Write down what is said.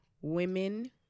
women